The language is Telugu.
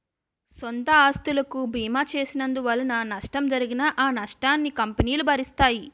సొంత ఆస్తులకు బీమా చేసినందువలన నష్టం జరిగినా ఆ నష్టాన్ని కంపెనీలు భరిస్తాయి